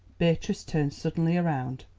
beatrice turned suddenly round.